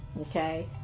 Okay